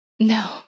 No